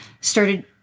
started